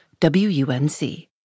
WUNC